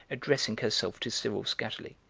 addressing herself to cyril skatterly.